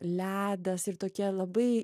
ledas ir tokie labai